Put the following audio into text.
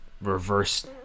reverse